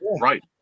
right